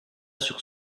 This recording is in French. sur